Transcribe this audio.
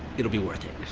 it'll be worth it.